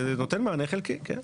זה נותן מענה חלקי, כן.